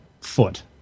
foot